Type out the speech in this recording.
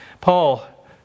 Paul